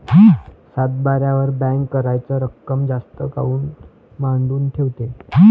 सातबाऱ्यावर बँक कराच रक्कम जास्त काऊन मांडून ठेवते?